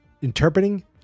interpreting